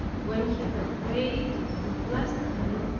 when he had prayed and blessed me,